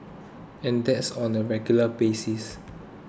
and that's on a regular basis